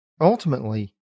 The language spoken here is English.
Ultimately